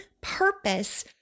purpose